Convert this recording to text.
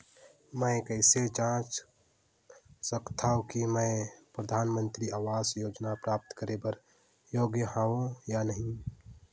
मैं कइसे जांच सकथव कि मैं परधानमंतरी आवास योजना प्राप्त करे बर योग्य हववं या नहीं?